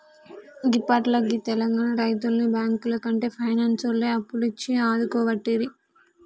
గిప్పట్ల గీ తెలంగాణ రైతుల్ని బాంకులకంటే పైనాన్సోల్లే అప్పులిచ్చి ఆదుకోవట్టిరి